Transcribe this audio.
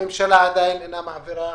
הממשלה עדיין לא מעבירה